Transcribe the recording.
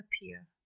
appear